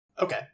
Okay